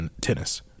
tennis